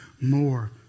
more